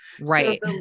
Right